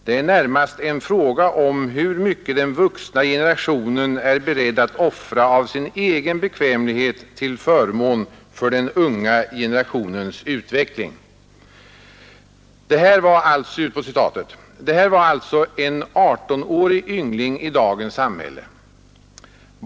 Det är närmast en fråga om hur mycket den vuxna generationen är beredd att offra av sin egen bekvämlighet till förmån för den unga generationens utveckling.” Det här var alltså en 18-årig yngling i dagens samhälle.